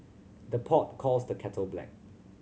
the pot calls the kettle black